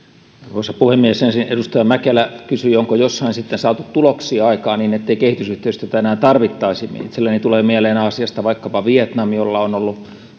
arvoisa puhemies ensin kun edustaja mäkelä kysyi onko jossain sitten saatu tuloksia aikaan niin ettei kehitysyhteistyötä enää tarvittaisi niin itselleni tulee mieleen aasiasta vaikkapa vietnam jolla on ollut